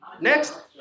Next